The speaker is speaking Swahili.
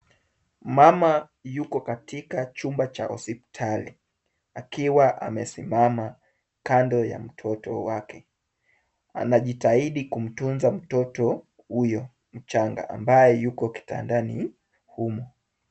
Mama yuko katika chumba cha hospitali, akiwa amesimama kando ya mtoto wake. Anajitahidi kumtunza mtoto huyo mchanga ambaye yuko kitandani humu.